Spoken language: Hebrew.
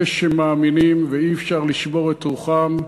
אלה שמאמינים ואי-אפשר לשבור את רוחם.